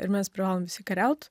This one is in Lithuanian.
ir mes privalom visi kariaut